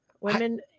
Women